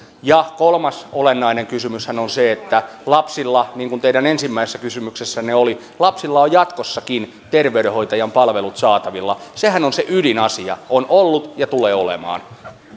kolmas olennainen kysymyshän on se että lapsilla niin kuin teidän ensimmäisessä kysymyksessänne oli on jatkossakin terveydenhoitajan palvelut saatavilla sehän on se ydinasia on ollut ja tulee olemaan